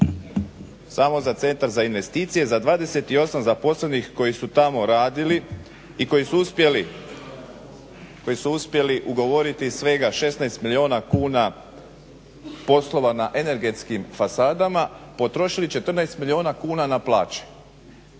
samo za Centar za investicije za 28 zaposlenih koji su tamo radili i koji su uspjeli ugovoriti svega 16 milijuna kuna na energetskim fasadama potrošili 14 milijuna kuna na plaće,